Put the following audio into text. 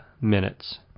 minutes